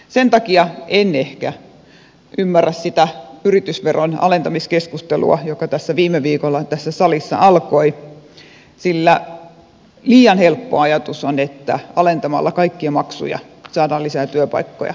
sen takia en ehkä ymmärrä sitä yritysveron alentamiskeskustelua joka viime viikolla tässä salissa alkoi sillä liian helppo ajatus on että alentamalla kaikkia maksuja saadaan lisää työpaikkoja